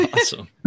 Awesome